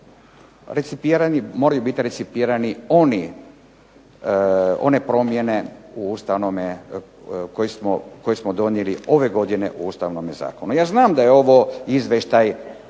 postignuto, moraju biti resipirani one promjene u ustavnome, koji smo donijeli ove godine u Ustavnome zakonu. Ja znam da je ovo izvještaj